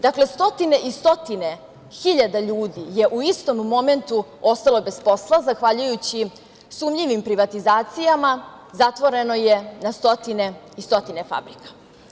Dakle, stotine i stotine hiljada ljudi je u istom momentu ostalo bez posla, zahvaljujući sumnjivim privatizacijama, zatvoreno je na stotine i stotine fabrika.